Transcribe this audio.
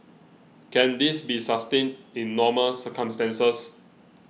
can this be sustained in normal circumstances